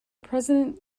president